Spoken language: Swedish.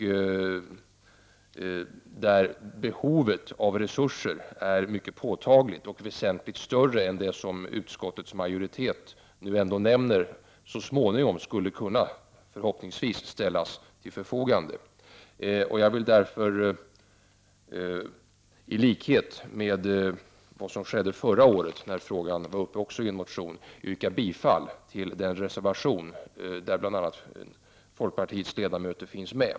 Behovet av resurser är mycket påtagligt och väsentligt större än de medel som utskottets majoritet nu säger så småningom, förhoppningsvis, skall ställas till förfogande. Jag vill därför, i likhet med vad som skedde förra året när frågan var uppe med anledning av en motion, yrka bifall till den reservation som bl.a. folkpartiets ledamöter har avgivit.